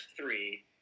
three